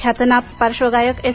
ख्यातनाम पार्श्वगायक एस